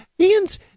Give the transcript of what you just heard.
Ian's